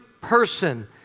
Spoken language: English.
person